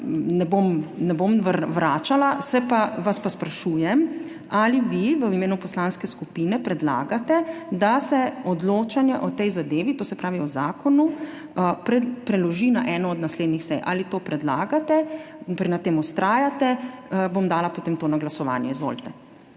ne bom vračala. Vas pa sprašujem, ali vi v imenu poslanske skupine predlagate, da se odločanje o tej zadevi, to se pravi o zakonu, preloži na eno od naslednjih sej? Ali to predlagate, na tem vztrajate? Bom dala potem to na glasovanje. Izvolite.